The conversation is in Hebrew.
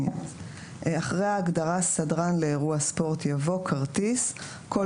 "(4)אחרי ההגדרה "סדרן לאירוע ספורט" יבוא: "כרטיס" כל